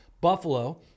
Buffalo